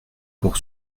pour